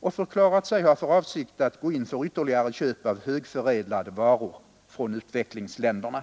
och förklarat sig ha för avsikt att gå in för ytterligare köp av högförädlade varor från utvecklingsländerna.